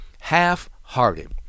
half-hearted